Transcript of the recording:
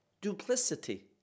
duplicity